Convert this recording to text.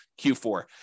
Q4